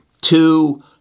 two